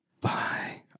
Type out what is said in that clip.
Bye